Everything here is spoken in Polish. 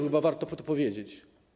Chyba warto to powiedzieć.